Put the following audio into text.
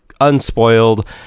unspoiled